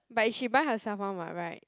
but it she buy herself [one] [what] [right]